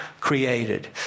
created